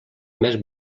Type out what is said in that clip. més